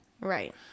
Right